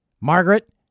Margaret